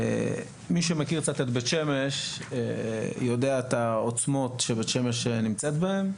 מי שמכיר קצת את בית שמש יודע את העוצמות שבית שמש נמצאת בהן,